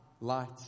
Light